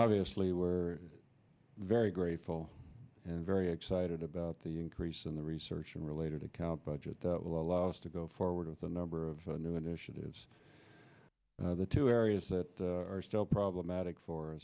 obviously we're very grateful and very excited about the increase in the research and related account budget that will allow us to go forward with a number of new initiatives the two areas that are still problematic for